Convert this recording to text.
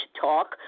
talk